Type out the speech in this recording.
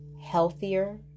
healthier